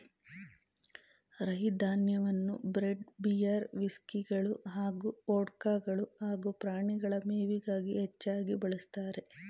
ರೈ ಧಾನ್ಯವನ್ನು bread beer ವಿಸ್ಕಿಗಳು ಹಾಗೂ ವೊಡ್ಕಗಳು ಹಾಗೂ ಪ್ರಾಣಿಗಳ ಮೇವಿಗಾಗಿ ಹೆಚ್ಚಾಗಿ ಬಳಸ್ತಾರೆ